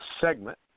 segment